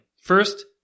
First